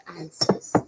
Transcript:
answers